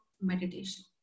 meditation